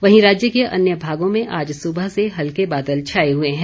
वहीं राज्य के अन्य भागों में आज सुबह से हल्के बादल छाए हुए हैं